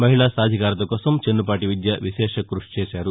మహిళా సాధికారత కోసం చెన్నుపాటి విద్య విశేష కృషి చేశారు